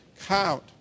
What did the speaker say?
count